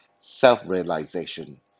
self-realization